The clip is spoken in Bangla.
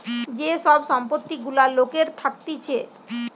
যে সব সম্পত্তি গুলা লোকের থাকতিছে